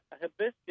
hibiscus